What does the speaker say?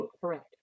Correct